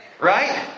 Right